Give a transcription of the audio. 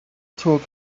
took